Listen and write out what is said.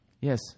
Yes